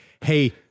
hey